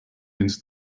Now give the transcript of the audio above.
into